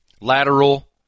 lateral